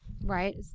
Right